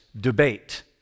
debate